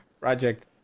project